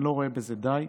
אני לא רואה בזה די.